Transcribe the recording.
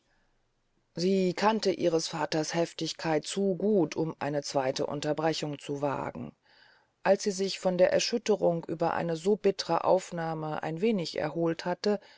sie kannte ihres vaters heftigkeit zu gut um eine zweyte unterbrechung zu wagen als sie sich von der erschütterung über eine so bittere aufnahme ein wenig erholt hatte